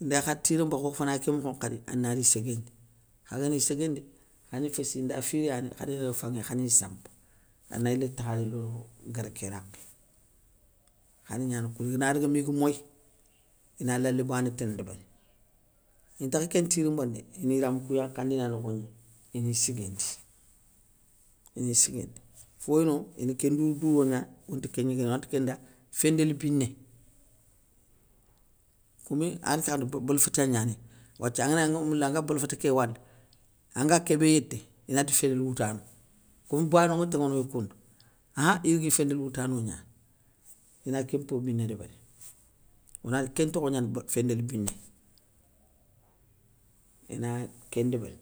Inda kha tirimba kho fana ké mokho nkhadi, anari séguéndi, kha gani séguéndi, khani féssi inda firéani, khari na daga fanŋé khani sampa, ana yilé takhadé lo gara ké rakhé. Khana gnana koundou, iganadaga miga moyi, ina lalé bané tana débéri, intakha kén ntirimbana dé, ini yiramou kou yankhandina nokhogna ini siguindi, ini siguindi. Foy no ine kén ndour douro gna onta kéngnigana orante kén nda, féndéli biné, khomi ankké khalé bol bolfita gnanéy, wathia anganagni anga moula anga boléfété ké wala, anga kébé yété, inati félou woutano, kom bano nŋa taŋanoy koundou akhan, yirgui féndéli woutano gnani, ina kén mpo biné débéri, onari kén ntokho gnani be féndéli biné. Ina kén ndébéri.